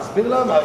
תסביר למה.